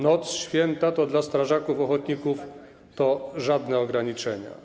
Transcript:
Noc, święta to dla strażaków ochotników żadne ograniczenie.